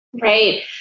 Right